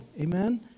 Amen